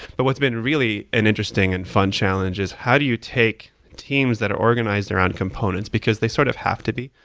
but what's been really an interesting and fun challenge is how do you take teams that are organized around components, because they sort of have to be,